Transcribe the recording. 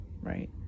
Right